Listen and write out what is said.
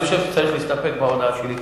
אני חושב שצריך להסתפק בהודעה שלי.